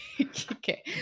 okay